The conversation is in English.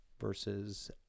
versus